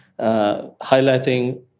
highlighting